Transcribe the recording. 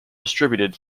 distributed